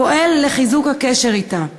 פועל לחיזוק הקשר אתה.